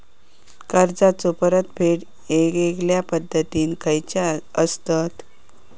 कर्जाचो परतफेड येगयेगल्या पद्धती खयच्या असात?